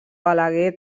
balaguer